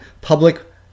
public